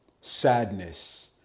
sadness